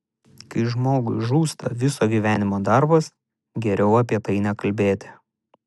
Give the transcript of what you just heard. kai žmogui žūsta viso gyvenimo darbas geriau apie tai nekalbėti